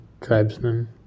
tribesmen